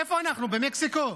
איפה אנחנו, במקסיקו?